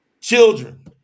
Children